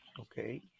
Okay